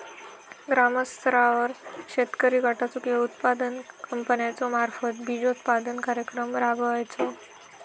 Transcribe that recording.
ग्रामस्तरावर शेतकरी गटाचो किंवा उत्पादक कंपन्याचो मार्फत बिजोत्पादन कार्यक्रम राबायचो?